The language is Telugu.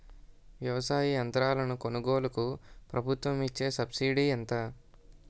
వ్యవసాయ యంత్రాలను కొనుగోలుకు ప్రభుత్వం ఇచ్చే సబ్సిడీ ఎంత?